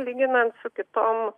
lyginant su kitom